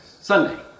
Sunday